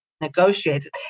negotiated